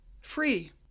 free